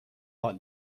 حال